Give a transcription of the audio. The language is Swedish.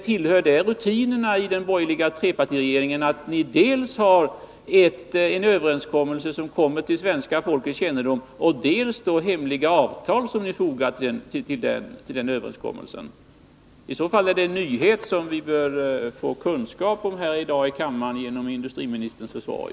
Tillhör det rutinerna i den borgerliga trepartiregeringen att ni dels har en överenskommelse som kommer till svenska folkets kännedom, dels hemliga avtal som ni fogar till den överenskommelsen? I så fall är det en nyhet som vi bör få kunskap om i dag här i kammaren genom industriministerns försorg.